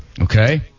Okay